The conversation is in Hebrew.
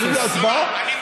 מוכנים להצבעה?